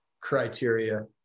criteria